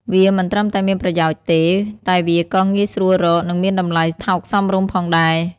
វាមិនត្រឹមតែមានប្រយោជន៍ទេ តែវាក៏ងាយស្រួលរក និងមានតម្លៃថោកសមរម្យផងដែរ។